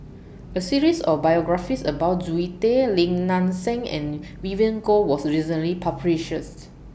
A series of biographies about Zoe Tay Lim Nang Seng and Vivien Goh was recently